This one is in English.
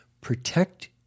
protect